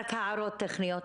רק הערות טכניות,